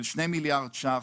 של 2 מיליארד ₪,